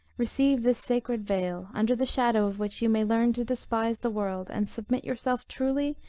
receive this sacred veil, under the shadow of which you may learn to despise the world, and submit yourself truly,